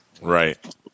Right